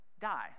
die